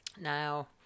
Now